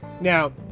now